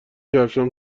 کفشهام